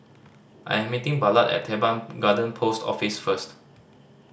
i am meeting Ballard at Teban Garden Post Office first